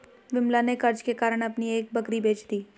विमला ने कर्ज के कारण अपनी एक बकरी बेच दी